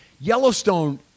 Yellowstone